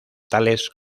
tales